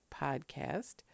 podcast